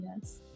Yes